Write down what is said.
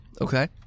Okay